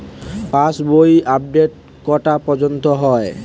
পাশ বই আপডেট কটা পর্যন্ত হয়?